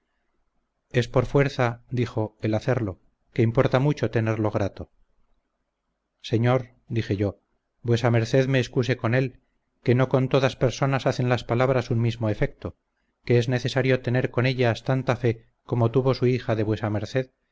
es por fuerza dijo el hacerlo que importa mucho tenerlo grato señor dije yo vuesa merced me excuse con él que no con todas personas hacen las palabras un mismo efecto que es necesario tener con ellas tanta fe como tuvo su hija de vuesa merced